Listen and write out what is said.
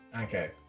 Okay